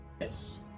Yes